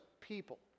people